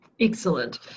Excellent